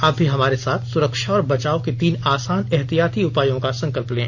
आप भी हमारे साथ सुरक्षा और बचाव के तीन आसान एहतियाती उपायों का संकल्प लें